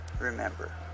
Remember